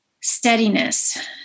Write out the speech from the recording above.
steadiness